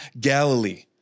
Galilee